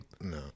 No